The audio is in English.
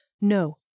No